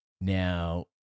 Now